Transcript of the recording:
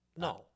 No